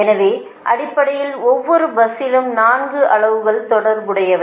எனவே அடிப்படையில் ஒவ்வொரு பஸ்ஸிலும் 4 அளவுகள் தொடர்புடையவை